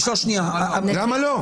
למה לא?